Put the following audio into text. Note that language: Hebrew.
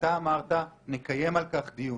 ואתה אמרת שנקיים על-כך דיון.